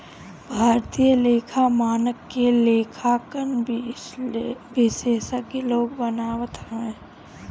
भारतीय लेखा मानक के लेखांकन विशेषज्ञ लोग बनावत हवन